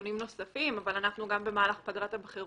דיונים נוספים אבל אנחנו גם במהלך הבחירות,